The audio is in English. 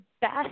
best